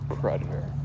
predator